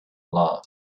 love